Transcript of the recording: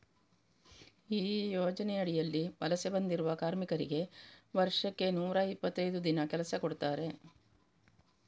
ಈ ಯೋಜನೆ ಅಡಿಯಲ್ಲಿ ವಲಸೆ ಬಂದಿರುವ ಕಾರ್ಮಿಕರಿಗೆ ವರ್ಷಕ್ಕೆ ನೂರಾ ಇಪ್ಪತ್ತೈದು ದಿನ ಕೆಲಸ ಕೊಡ್ತಾರೆ